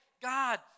God